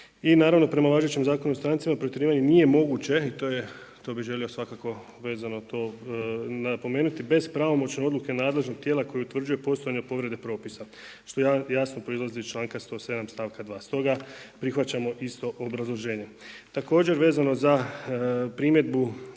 I naravno prema važećem Zakonu o strancima protjerivanje nije moguće i to bih želio svakako, vezano to napomenuti bez pravomoćne odluke nadležnog tijela koje utvrđuje postojanje od povrede propisa što jasno proizlazi i članka 107. stavka 2. Stoga prihvaćamo isto obrazloženje. Tako vezano za primjedbu